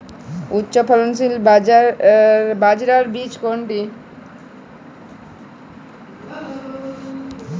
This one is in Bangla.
উচ্চফলনশীল বাজরার বীজ কোনটি?